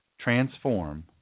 transform